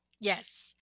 Yes